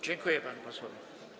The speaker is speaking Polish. Dziękuję panu posłowi.